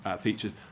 Features